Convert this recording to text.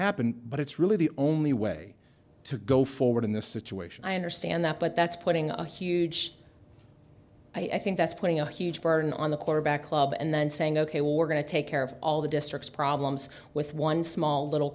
happen but it's really the only way to go forward in this situation i understand that but that's putting a huge i think that's putting a huge burden on the quarterback club and then saying ok we're going to take care of all the district's problems with one small little